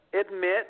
admit